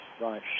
Right